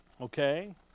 Okay